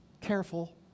Careful